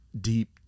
deep